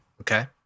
Okay